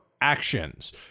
actions